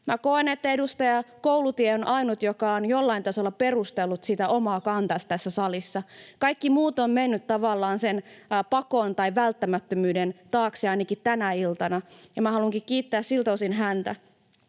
koen, että edustaja Koulumies on ainut, joka on jollain tasolla perustellut sitä omaa kantaansa tässä salissa. Kaikki muut ovat menneet tavallaan pakoon tai välttämättömyyden taakse, ainakin tänä iltana, ja minä haluankin kiittää siltä osin häntä.